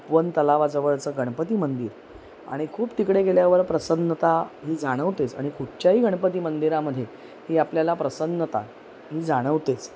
प्वंत तलावाजवळचं गणपती मंदिर आणि खूप तिकडे गेल्यावर प्रसन्नता ही जाणवतेच आणि खूपच्याही गणपती मंदिरामध्ये ही आपल्याला प्रसन्नता ही जाणवतेच